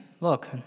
Look